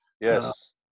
Yes